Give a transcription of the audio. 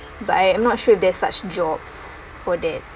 but I am not sure there's such jobs for that